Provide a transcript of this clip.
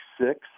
Six